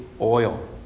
oil